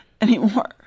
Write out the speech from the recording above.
anymore